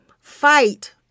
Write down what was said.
fight